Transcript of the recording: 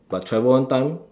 but travel one time